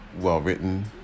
well-written